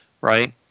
right